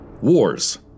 wars